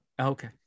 Okay